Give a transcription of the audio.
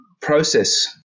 process